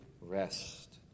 rest